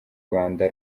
rwanda